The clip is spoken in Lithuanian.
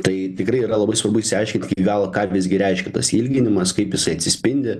tai tikrai yra labai svarbu išsiaiškint iki galo ką visgi reiškia tas ilginimas kaip jisai atsispindi